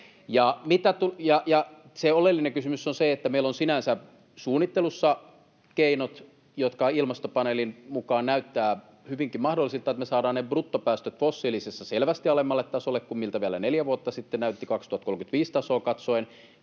Se oleellinen kysymys on se, että meillä on sinänsä suunnittelussa keinot, jotka Ilmastopaneelin mukaan näyttävät hyvinkin mahdollisilta, niin että me saadaan ne bruttopäästöt fossiilisessa selvästi alemmalle tasolle kuin miltä vielä neljä vuotta sitten näytti vuoden 2035 tasoon katsoen.